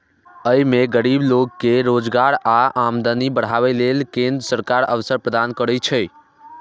अय मे गरीब लोक कें रोजगार आ आमदनी बढ़ाबै लेल केंद्र सरकार अवसर प्रदान करै छै